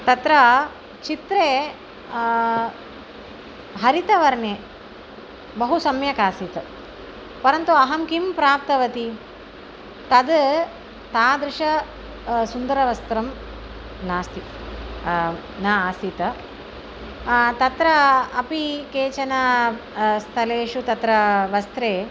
तत्र चित्रे हरितवर्णं बहु सम्यकासीत् परन्तु अहं किं प्राप्तवती तद् तादृशं सुन्दरवस्त्रं नास्ति नआसीत् तत्र अपि केचन स्थलेषु तत्र वस्त्रे